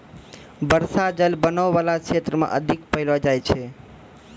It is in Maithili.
बर्षा जल बनो बाला क्षेत्र म अधिक पैलो जाय छै